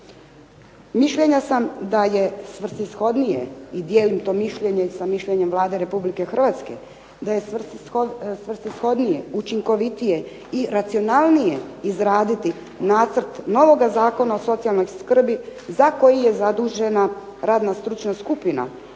Mišljenja sam da je svrsishodnije i dijelim to mišljenje sa mišljenjem Vlada Republike Hrvatske da je svrsishodnije, učinkovitije i racionalnije izraditi nacrt novoga Zakona o socijalnoj skrbi za koji je zadužena radna stručna skupina